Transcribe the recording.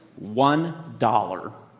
one dollar.